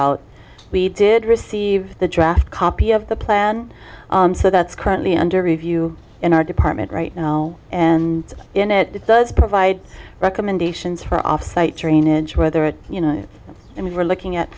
out we did receive the draft copy of the plan so that's currently under review in our department right now and in it it does provide recommendations for offsite drainage whether it you know and we were looking at